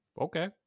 Okay